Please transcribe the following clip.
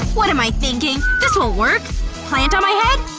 what am i thinking? this won't work plant on my head?